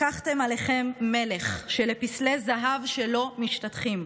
לקחתם עליכם מלך שלפסלי זהב שלו משתטחים,